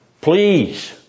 Please